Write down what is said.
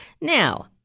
now